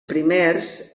primers